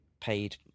paid